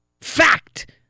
fact